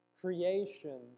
creation